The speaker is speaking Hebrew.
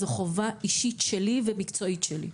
זו חובה אישית ומקצועית שלי.